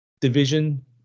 division